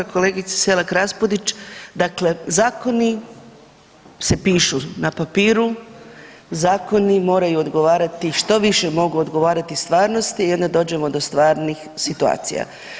Kolegice Selak Raspudić, dakle zakoni se pišu na papiru, zakoni moraju odgovarati, što više mogu odgovarati stvarnosti i onda dođemo do stvarnih situacija.